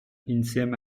insieme